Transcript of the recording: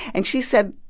and she said,